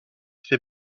fait